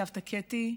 סבתא קטי,